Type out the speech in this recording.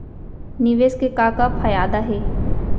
निवेश के का का फयादा हे?